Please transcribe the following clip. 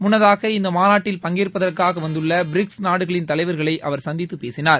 முன்னதாக இந்த மாாநட்டில் பங்கேற்பதற்காக வந்துள்ள பிரிக்ஸ் நாடுகளின் தலைவர்களை அவர் சந்தித்து பேசினார்